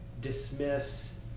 dismiss